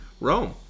Rome